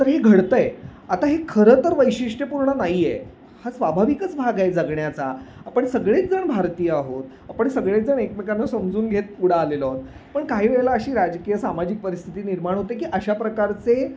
तर हे घडत आहे आता हे खरं तर वैशिष्ट्यपूर्ण नाही आहे हा स्वाभाविकच भाग आहे जगण्याचा आपण सगळेच जण भारतीय आहोत आपण सगळेच जण एकमेकांना समजून घेत पुढं आलेलो आहोत पण काही वेळेला अशी राजकीय सामाजिक परिस्थिती निर्माण होते की अशा प्रकारचे